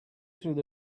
through